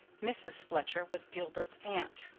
mrs. fletcher was gilbert's aunt.